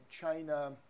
China